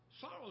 Sorrow